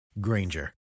Granger